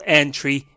entry